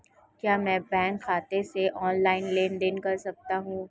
क्या मैं बैंक खाते से ऑनलाइन लेनदेन कर सकता हूं?